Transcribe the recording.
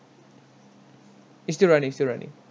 it's still running still running